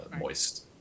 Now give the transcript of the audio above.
moist